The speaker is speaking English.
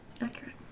Accurate